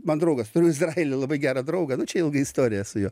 man draugas turiu izraely labai gerą draugą nu čia ilga istorija su juo